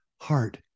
heart